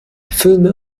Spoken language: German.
filme